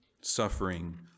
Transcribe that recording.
Suffering